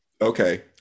Okay